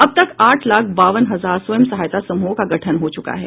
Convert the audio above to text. अब तक आठ लाख बावन हजार स्वयं सहायता समूहों का गठन हो चुका है